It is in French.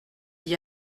d’y